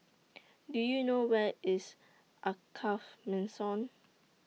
Do YOU know Where IS Alkaff Mansion